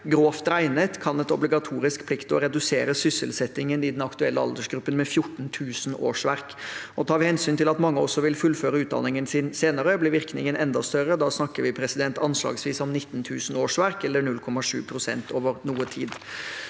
Grovt regnet kan et obligatorisk pliktår redusere sysselsettingen i den aktuelle aldersgruppen med 14 000 årsverk. Tar vi hensyn til at mange også vil fullføre utdanningen sin senere, blir virkningen enda større. Da snakker vi anslagsvis om 19 000 årsverk, eller 0,7 pst., over noe tid.